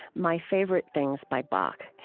my favorite things by bach.